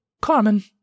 Carmen